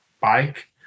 bike